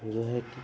जो है